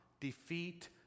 defeat